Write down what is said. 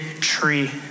tree